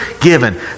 given